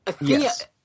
Yes